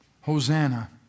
Hosanna